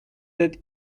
that